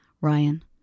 Ryan